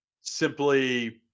simply